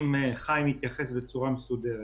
חיים ביבס התייחס אליהם בצורה מסודרת.